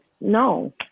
No